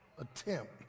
attempt